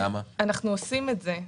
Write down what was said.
אנחנו עושים את זה.